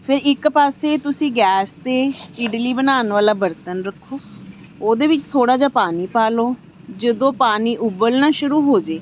ਫਿਰ ਇੱਕ ਪਾਸੇ ਤੁਸੀਂ ਗੈਸ 'ਤੇ ਇਡਲੀ ਬਣਾਉਣ ਵਾਲਾ ਬਰਤਨ ਰੱਖੋ ਉਹਦੇ ਵਿੱਚ ਥੋੜ੍ਹਾ ਜਿਹਾ ਪਾਣੀ ਪਾ ਲਉ ਜਦੋਂ ਪਾਣੀ ਉਬਲਣਾ ਸ਼ੁਰੂ ਹੋ ਜਾਏ